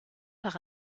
par